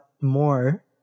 more